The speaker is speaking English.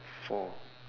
four